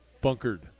bunkered